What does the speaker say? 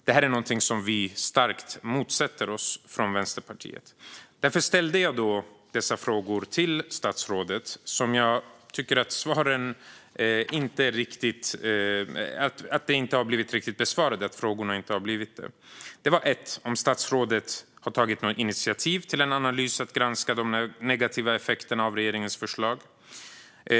Det är någonting vi starkt motsätter oss från Vänsterpartiets sida. Därför ställde jag några frågor till statsrådet, och jag tycker inte riktigt att de har blivit besvarade. Den första frågan var om statsrådet har tagit några initiativ till att granska de negativa effekterna av regeringens förslag.